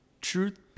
truth